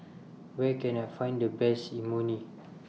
Where Can I Find The Best Imoni